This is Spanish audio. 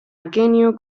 aquenio